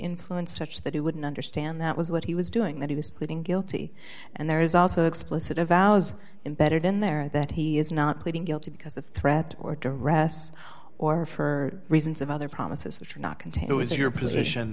influence such that he wouldn't understand that was what he was doing that he was pleading guilty and there is also explicit of ours embedded in there that he is not pleading guilty because of threat or to rest or for reasons of other promises which are not contained with your position